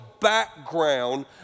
background